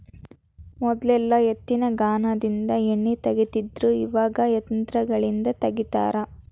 ಮೊದಲೆಲ್ಲಾ ಎತ್ತಿನಗಾನದಿಂದ ಎಣ್ಣಿ ತಗಿತಿದ್ರು ಇವಾಗ ಯಂತ್ರಗಳಿಂದ ತಗಿತಾರ